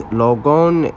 logon